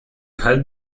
held